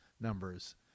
numbers